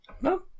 No